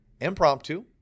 impromptu